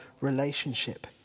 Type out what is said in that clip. relationship